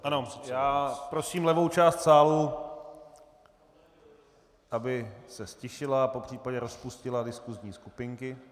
Ano, já prosím levou část sálu, aby se ztišila a popřípadě rozpustila diskusní skupinky.